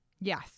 yes